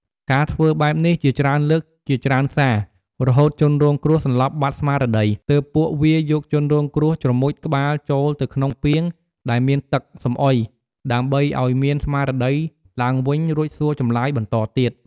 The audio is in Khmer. ការធ្វើបែបនេះជាច្រើនលើកជាច្រើនសាររហូតជនរងគ្រោះសន្លប់បាត់ស្មារតី ទើបពួកវាយកជនរងគ្រោះជ្រមុជក្បាលចូលទៅក្នុងពាងដែលមានទឹកសំអុយដើម្បីអោយមានស្មារតីឡើងវិញរួចសួរចម្លើយ បន្ដទៀត។